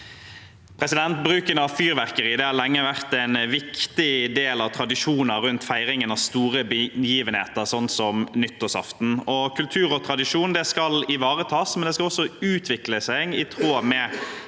Bruk av fyrverkeri har lenge vært en viktig del av tradisjoner rundt feiringen av store begivenheter, sånn som nyttårsaften. Kultur og tradisjoner skal ivaretas, men det skal også utvikle seg i tråd med